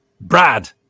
brad